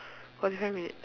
forty five minutes